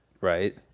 Right